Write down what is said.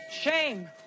Shame